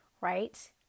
right